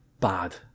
bad